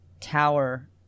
tower